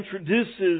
introduces